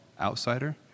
outsider